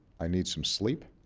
i need some sleep.